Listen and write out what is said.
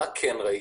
מה כן ראיתי?